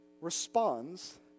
responds